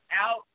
out